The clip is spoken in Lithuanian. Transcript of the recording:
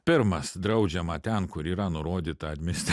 pirmas draudžiama ten kur yra nurodyta atmesti